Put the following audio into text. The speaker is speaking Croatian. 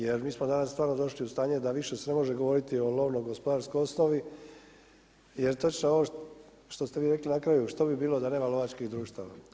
Jer mi smo danas stvarno došli u stanje da više se ne može govoriti o lovno gospodarskoj osnovi jer točno ovo što ste vi rekli na kraju, što bi bilo da nema lovačkih društava.